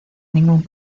ningún